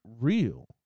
real